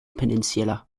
peninsula